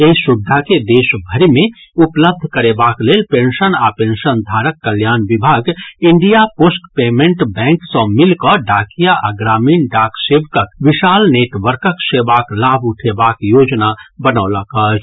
एहि सुविधा के देशभरि मे उपलब्ध करेबाक लेल पेंशन आ पेंशनधारक कल्याण विभाग इंडिया पोस्ट पेयमेंट बैंक सॅ मिलि कऽ डाकिया आ ग्रामीण डाक सेवकक विशाल नेटवर्कक सेवाक लाभ उठेबाक योजना बनौलक अछि